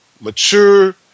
mature